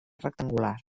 rectangular